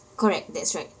correct that's right